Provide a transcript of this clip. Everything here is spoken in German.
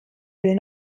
will